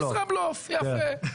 ישראבלוף, יפה.